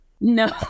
No